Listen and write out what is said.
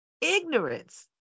ignorance